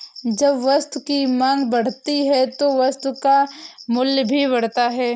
जब वस्तु की मांग बढ़ती है तो वस्तु का मूल्य भी बढ़ता है